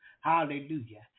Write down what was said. Hallelujah